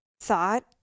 thought